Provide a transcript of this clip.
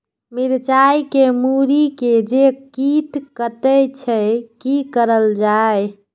मिरचाय के मुरी के जे कीट कटे छे की करल जाय?